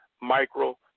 micro-